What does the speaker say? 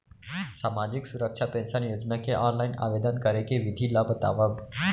सामाजिक सुरक्षा पेंशन योजना के ऑनलाइन आवेदन करे के विधि ला बतावव